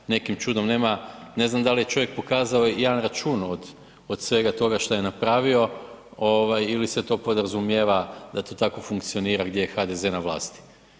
Nekim čudom nema, ne znam da li je čovjek pokazao jedan račun od svega toga što je napravio ili se to podrazumijeva da to tako funkcionira gdje je HDZ na vlasti.